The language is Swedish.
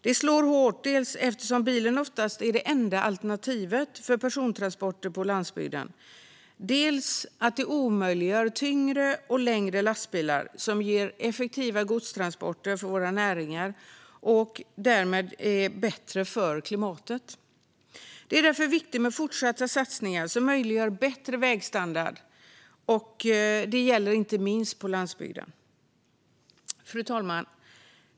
Det slår hårt eftersom bilen oftast är det enda alternativet för persontransporter på landsbygden. Dessutom omöjliggör det tyngre och längre lastbilar, som ger effektiva godstransporter för våra näringar och som därmed är bättre för klimatet. Det är därför viktigt med fortsatta satsningar som möjliggör bättre vägstandard. Det gäller inte minst på landsbygden. Fru talman!